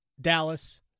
Dallas